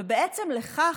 ובעצם לכך,